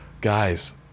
Guys